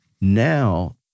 now